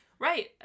Right